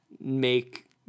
make